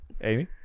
Amy